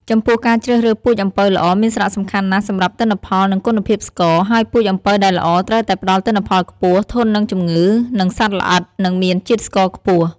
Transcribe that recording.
ចំពោះការជ្រើសរើសពូជអំពៅល្អមានសារៈសំខាន់ណាស់សម្រាប់ទិន្នផល និងគុណភាពស្ករ ហើយពូជអំពៅដែលល្អត្រូវតែផ្តល់ទិន្នផលខ្ពស់ ធន់នឹងជំងឺ និងសត្វល្អិត និងមានជាតិស្ករខ្ពស់។